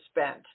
spent